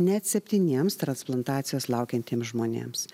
net septyniems transplantacijos laukiantiems žmonėms